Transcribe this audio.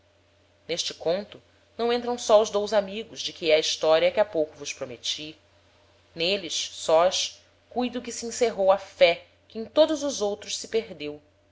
n'este conto não entram só os dous amigos de que é a historia que ha pouco vos prometi n'êles sós cuido que se encerrou a fé que em todos os outros se perdeu